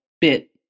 bit